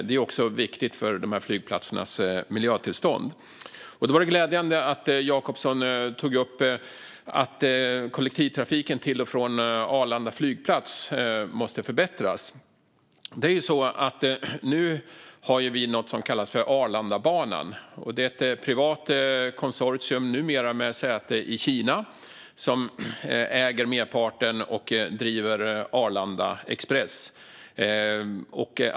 Detta är också viktigt för flygplatsernas miljötillstånd. Det var glädjande att Jacobsson tog upp att kollektivtrafiken till och från Arlanda flygplats måste förbättras. Nu har vi något som kallas för Arlandabanan. Det är ett privat konsortium, numera med säte i Kina, som äger merparten och driver Arlanda Express.